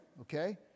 okay